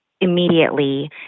immediately